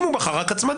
אם הוא בחר רק הצמדה.